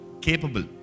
capable